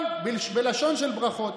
אבל בלשון של ברכות.